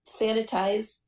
sanitize